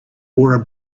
wore